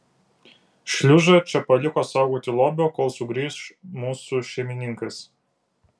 šliužą čia paliko saugoti lobio kol sugrįš mūsų šeimininkas